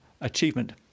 achievement